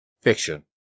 Fiction